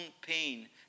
pain